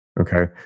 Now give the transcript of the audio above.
Okay